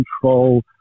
control